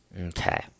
Okay